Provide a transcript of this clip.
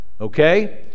okay